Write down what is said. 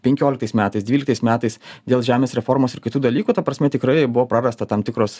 penkioliktais metais dvyliktais metais dėl žemės reformos ir kitų dalykų ta prasme tikrai buvo prarasta tam tikros